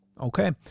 Okay